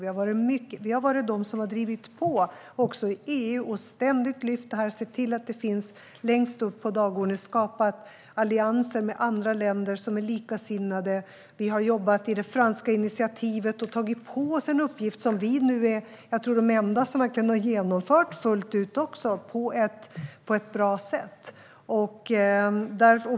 Vi har också varit drivande i EU och ständigt lyft fram detta och sett till att det finns högst upp på dagordningen. Vi har skapat allianser med andra länder som är likasinnade. Vi har jobbat inom det franska initiativet och tagit på oss en uppgift som jag tror att vi är de enda som har genomfört fullt ut på ett bra sätt.